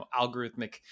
algorithmic